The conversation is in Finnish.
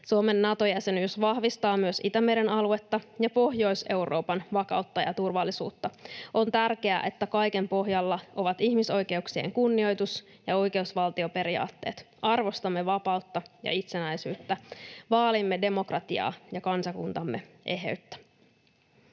Suomen Nato-jäsenyys vahvistaa myös Itämeren aluetta ja Pohjois-Euroopan vakautta ja turvallisuutta. On tärkeää, että kaiken pohjalla ovat ihmisoikeuksien kunnioitus ja oikeusvaltioperiaatteet. Arvostamme vapautta ja itsenäisyyttä, vaalimme demokratiaa ja kansakuntamme eheyttä.